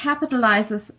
capitalizes